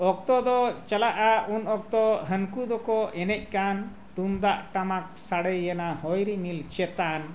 ᱚᱠᱛᱚ ᱫᱚ ᱪᱟᱞᱟᱜᱼᱟ ᱩᱱ ᱚᱠᱛᱚ ᱦᱟᱹᱱᱠᱩ ᱫᱚᱠᱚ ᱮᱱᱮᱡ ᱠᱟᱱ ᱛᱩᱢᱫᱟᱜ ᱴᱟᱢᱟᱠ ᱥᱟᱰᱮᱭᱮᱱᱟ ᱦᱚᱭ ᱨᱤᱢᱤᱞ ᱪᱮᱛᱟᱱ